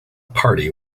party